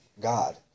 God